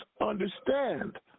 understand